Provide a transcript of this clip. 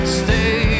stay